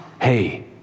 hey